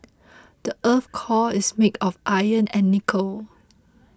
the earth's core is made of iron and nickel